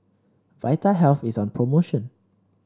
Vitahealth is on promotion